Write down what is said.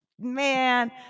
man